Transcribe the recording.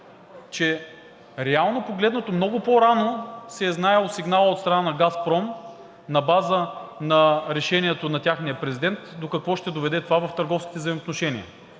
че реално погледнато, много по-рано се е знаел сигналът от страна на „Газпром“ на база на решението на техния президент, до какво ще доведе това в търговските взаимоотношения.